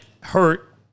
hurt